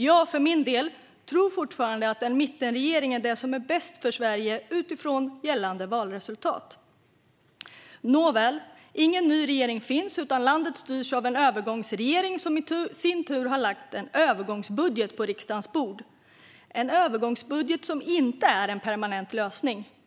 Jag för min del tror fortfarande att en mittenregering är det som är bäst för Sverige utifrån gällande valresultat. Nåväl, det finns ingen ny regering, utan landet styrs av en övergångsregering som i sin tur har lagt en övergångsbudget på riksdagens bord - en övergångsbudget som inte är någon permanent lösning.